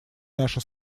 наша